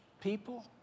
people